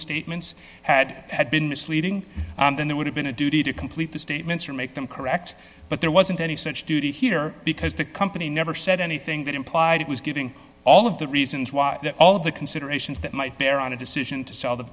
statements had been misleading then there would have been a duty to complete the statements or make them correct but there wasn't any such duty heater because the company never said anything that implied it was giving all of the reasons why all of the considerations that might bear on a decision to sell the